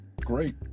great